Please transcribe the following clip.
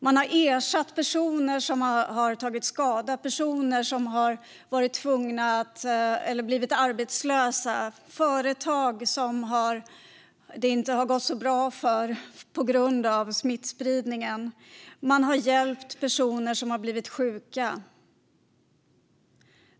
Man har ersatt personer som har tagit skada, personer som har blivit arbetslösa och företag som det inte har gått så bra för på grund av smittspridningen. Man har hjälpt personer som har blivit sjuka.